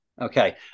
okay